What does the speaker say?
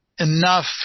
enough